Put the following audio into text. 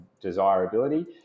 desirability